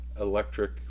electric